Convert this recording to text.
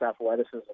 athleticism